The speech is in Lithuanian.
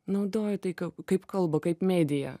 naudoju tai ka kaip kalbą kaip mediją